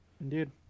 Indeed